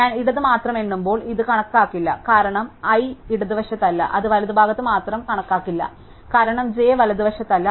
ഞാൻ ഇടത് മാത്രം എണ്ണുമ്പോൾ ഇത് കണക്കാക്കില്ല കാരണം i ഇടതുവശത്തല്ല അത് വലതുഭാഗത്ത് മാത്രം കണക്കാക്കില്ല കാരണം j വലതുവശത്തല്ല